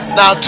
Now